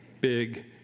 big